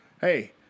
Hey